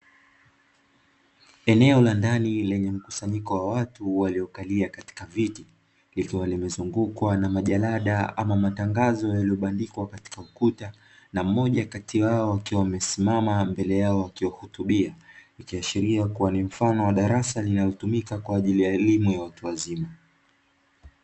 Eneo la ndani lenye mkusanyiko wa watu waliokalia katika viti, likiwa limezungukwa na majalada ama matangazo yaliobandikwa katika ukuta, na moja kati yao wakiwa wamesimama mbele yao wakiwahutubia, ikiashiria kuwa ni mfano wa darasa linalotumika kwa ajili ya elimu ya watu wazima.